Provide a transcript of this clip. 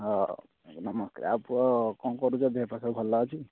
ହଁ ନମସ୍କାର ଆଉ ପୁଅ କ'ଣ କରୁଛ ଦେହପା ସବୁ ଭଲ ଅଛି